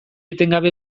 etengabe